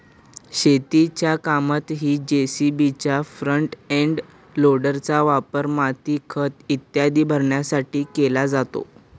शेतीच्या कामातही जे.सी.बीच्या फ्रंट एंड लोडरचा वापर माती, खत इत्यादी भरण्यासाठी केला जातो